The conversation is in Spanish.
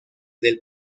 del